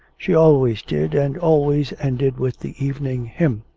she always did, and always ended with the evening hymn.